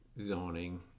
zoning